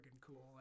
cool